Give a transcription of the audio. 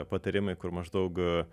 patarimai kur maždaug